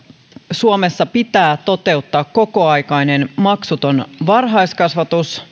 suomessa pitää toteuttaa kokoaikainen maksuton varhaiskasvatus